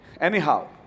Anyhow